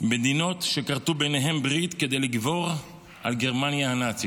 מדינות שכרתו ביניהן ברית כדי לגבור על גרמניה הנאצית.